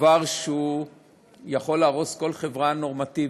דבר שיכול להרוס כל חברה נורמטיבית,